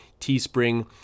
teespring